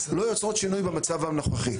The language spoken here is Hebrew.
לא יוצרות שינוי במצב הנוכחי,